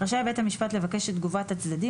רשאי בית המשפט לבקש את תגובת הצדדים